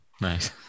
Nice